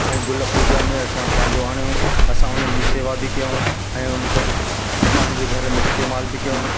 ऐं गुल पूजा में असां पंहिंजो आणियूं असां उनजी शेवा बि कयूं ऐं उन्हनि खे पंहिंजे घर में इस्तेमालु बि कयूं